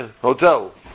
hotel